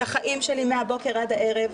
את החיים שלי מהבוקר עד הערב.